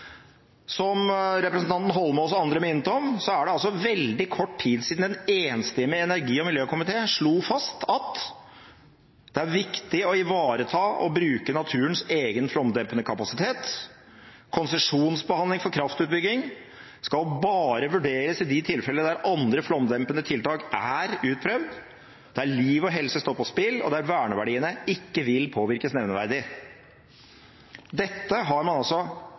Som representanten Eidsvoll Holmås og andre minnet om, er det veldig kort tid siden en enstemmig energi- og miljøkomité slo fast at «det er viktig å ivareta og bruke naturens egen flomdempende kapasitet». Videre mente komiteen at konsesjonsbehandling for kraftutbygging bare skal vurderes «i de tilfeller der andre flomdempende tiltak er utprøvd, liv og helse står på spill og verneverdiene ikke vil påvirkes nevneverdig». Dette har man altså